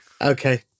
Okay